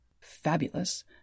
fabulous